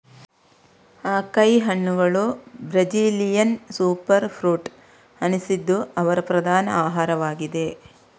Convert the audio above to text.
acai ಹಣ್ಣುಗಳು Brazilian super fruit ಅನಿಸಿದ್ದು ಅವರ ಪ್ರಧಾನ ಆಹಾರವಾಗಿದೆ